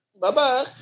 Bye-bye